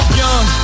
young